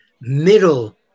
middle